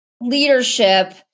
leadership